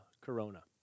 corona